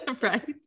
Right